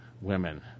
women